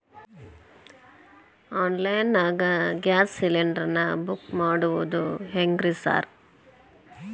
Online ನಾಗ gas cylinder ನಾ book ಮಾಡೋದ್ ಹೆಂಗ್ರಿ ಸಾರ್?